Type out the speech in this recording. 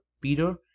Peter